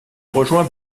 rejoint